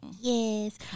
Yes